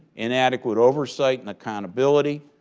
inadequate oversight and accountability,